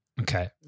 Okay